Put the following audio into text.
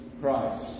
Christ